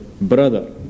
brother